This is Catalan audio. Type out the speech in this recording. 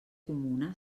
comuna